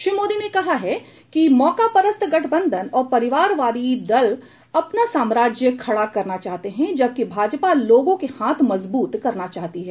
श्री मोदी ने कहा है कि मौकापरस्त गठबंधन और परिवारवादी दल अपना साम्राज्य खड़ा करना चाहते हैं जबकि भाजपा लोगों के हाथ मजबूत करना चाहती है